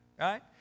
Right